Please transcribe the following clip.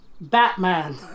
Batman